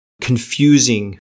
confusing